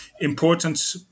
important